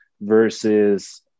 versus